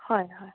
হয় হয়